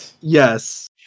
Yes